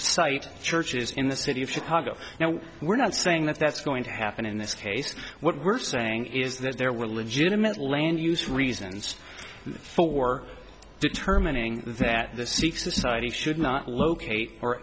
cite churches in the city of chicago now we're not saying that that's going to happen in this case what we're saying is that there were legitimate land use reasons for determining that the sikh society should not locate